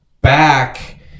back